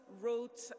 wrote